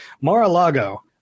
Mar-a-Lago